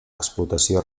explotació